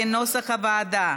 כנוסח הוועדה.